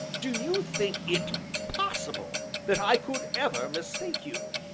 do you think it possible that i could ever mistake you?